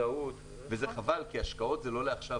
וזה חבל כי השקעות הן לא לעכשיו,